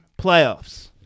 playoffs